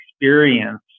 experience